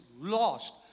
lost